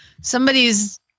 somebody's